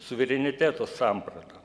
suvereniteto sampratą